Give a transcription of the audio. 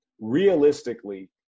realistically